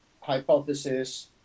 hypothesis